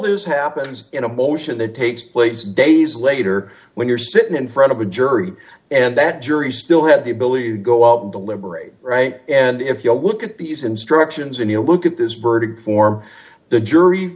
this happens in a motion that takes place days later when you're sitting in front of a jury and that jury still had the ability to go out and deliberate right and if you look at these instructions and you look at this verdict form the jury